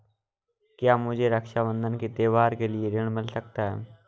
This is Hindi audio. क्या मुझे रक्षाबंधन के त्योहार के लिए ऋण मिल सकता है?